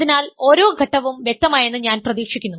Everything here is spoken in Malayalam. അതിനാൽ ഓരോ ഘട്ടവും വ്യക്തമായെന്ന് ഞാൻ പ്രതീക്ഷിക്കുന്നു